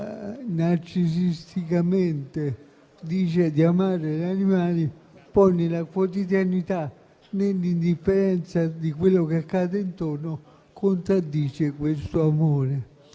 narcisisticamente dice di amare gli animali, poi nella quotidianità, nell'indifferenza di quello che accade intorno, contraddice questo amore.